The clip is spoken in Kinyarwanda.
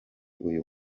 uyu